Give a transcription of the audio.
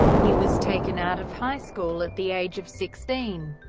he was taken out of high school at the age of sixteen,